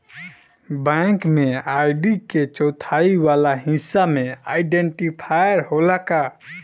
Bank में ID के चौथाई वाला हिस्सा में आइडेंटिफैएर होला का?